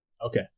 Okay